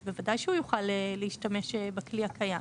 אז בוודאי שהוא יוכל להשתמש בכלי הקיים.